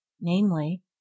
namely